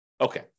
Okay